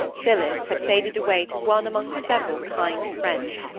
phillis had faded away to one among several kind friends.